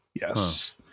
Yes